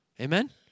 Amen